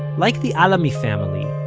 like the alami family,